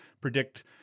predict